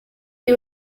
est